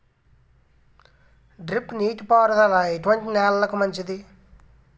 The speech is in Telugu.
డ్రిప్ నీటి పారుదల ఎటువంటి నెలలకు మంచిది?